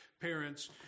parents